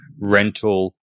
rental